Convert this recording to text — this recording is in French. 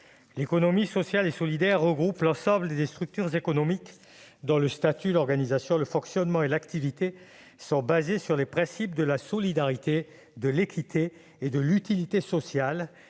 l'économie sociale et solidaire, ou ESS, regroupe l'ensemble des structures économiques dont le statut, l'organisation, le fonctionnement et l'activité sont fondés sur les principes de la solidarité, de l'équité et de l'utilité sociale.